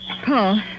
Paul